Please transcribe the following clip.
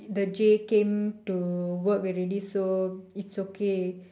the J came to work already so it's okay